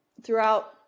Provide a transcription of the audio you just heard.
throughout